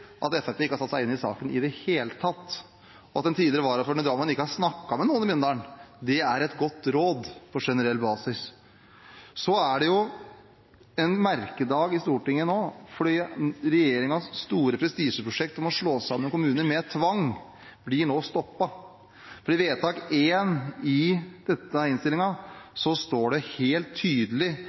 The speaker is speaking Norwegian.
at Fremskrittspartiet ikke har satt seg inn i saken i det hele tatt. Den tidligere varaordføreren i Drammen har ikke snakket med noen i Bindal – å gjøre det er et godt råd på generell basis. Det er en merkedag i Stortinget nå, fordi regjeringens store prestisjeprosjekt om å slå sammen kommuner med tvang nå blir stoppet, for i vedtak I i innstillingen står det helt tydelig